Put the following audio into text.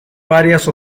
varias